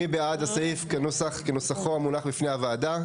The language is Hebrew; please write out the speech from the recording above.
מי בעד הסעיף, כנוסחו המונח בפני הוועדה?